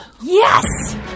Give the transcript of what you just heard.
Yes